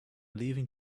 leaving